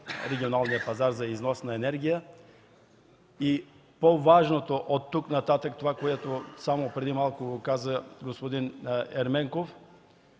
регионалния пазар за износ на енергия. По-важното от тук нататък, което преди малко каза господин Ерменков,